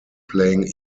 playing